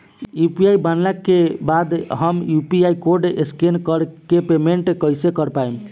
UPI बनला के बाद हम क्यू.आर कोड स्कैन कर के पेमेंट कइसे कर पाएम?